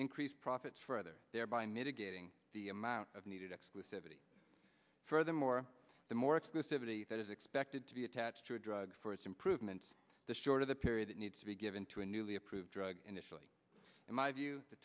increase profits further thereby mitigating the amount of needed exclusivity furthermore the more exclusivities that is expected to be attached to a drug for its improvements the shorter the period that needs to be given to a newly approved drug initially in my view the